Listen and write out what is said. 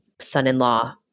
son-in-law